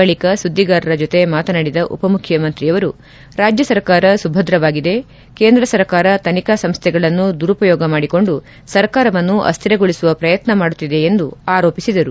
ಬಳಿಕ ಸುದ್ನಿಗಾರರ ಜೊತೆ ಮಾತನಾಡಿದ ಉಪಮುಖ್ಯಮಂತ್ರಿಯವರು ರಾಜ್ಯ ಸರ್ಕಾರ ಸುಭದ್ರವಾಗಿದೆ ಕೇಂದ್ರ ಸರ್ಕಾರ ತನಿಖಾ ಸಂಸ್ವೆಗಳನ್ನು ದುರುಪಯೋಗ ಮಾಡಿಕೊಂಡು ಸರ್ಕಾರವನ್ನು ಅಸ್ತಿರಗೊಳಿಸುವ ಪ್ರಯತ್ನ ಮಾಡುತ್ತಿದೆ ಎಂದು ಆರೋಪಿಸಿದರು